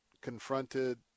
confronted